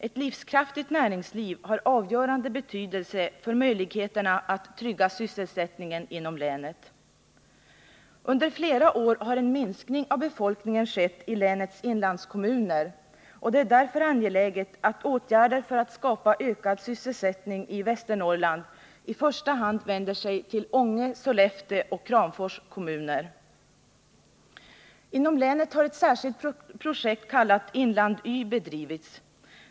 Ett livskraftigt näringsliv har avgörande betydelse för möjligheterna att trygga sysselsättningen inom länet. Under flera år har en minskning av befolkningen skett i länets inlandskommuner och det är därför angeläget att åtgärder för att skapa ökad sysselsättning i Västernorrland i första hand vänder sig till Ånge, Sollefteå och Kramfors kommuner. Inom länet har ett särskilt projekt kallat ”Inland Y” bedrivits.